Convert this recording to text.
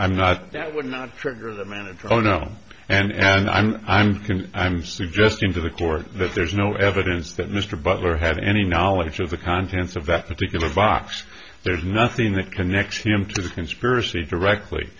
i'm not that would not trigger the manito no and i'm i'm can i'm suggesting to the court that there's no evidence that mr butler had any knowledge of the contents of that particular box there's nothing that connects him to the conspiracy directly